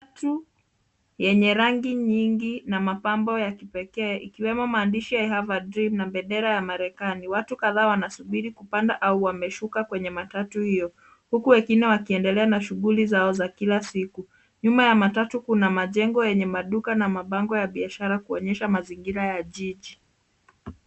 Matatu yenye rangi nyingi na mapambo ya kipekee ikwemo maandishi I have a dream na bendera ya marekani. Watu kadhaa wanasubiri kupanda au wameshuka kwenye matatu hiyo huku wengine wakiendelea na shughuli zao za kila siku. Nyuma ya matatu kuna majengo yenye maduka na mabango ya biashara kuonyesha mazingira ya jiji.